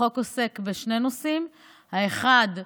החוק עוסק בשני נושאים: האחד,